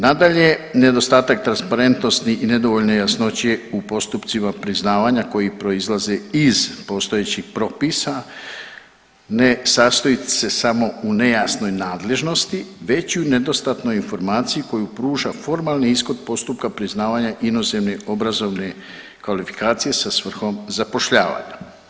Nadalje, nedostatak transparentnosti i nedovoljne jasnoće u postupcima priznavanja koji proizlaze iz postojećih propisa ne sastoji se samo u nejasnoj nadležnosti već i u nedostatnoj informaciji koju pruža formalni ishod postupka priznavanja inozemne obrazovne kvalifikacije sa svrhom zapošljavanja.